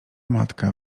matka